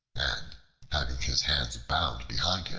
and having his hands bound behind him,